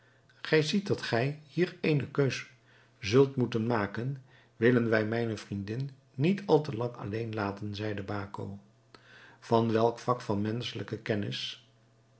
gij ziet dat gij hier eene keus zult moeten doen willen wij mijne vriendin niet al te lang alleen laten zeide baco van welk vak van menschelijke kennis